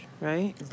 right